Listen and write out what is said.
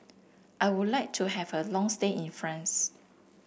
I would like to have a long stay in France